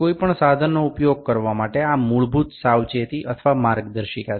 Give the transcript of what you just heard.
કોઈ પણ સાધનનો ઉપયોગ કરવા માટે આ મૂળભૂત સાવચેતી અથવા માર્ગદર્શિકા છે